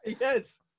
Yes